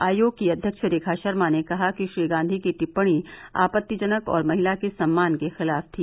आयोग की अध्यक्ष रेखा शर्मा ने कहा कि श्री गांधी की टिप्पणी आपत्तिजनक और महिला के सम्मान के खिलाफ थी